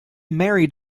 married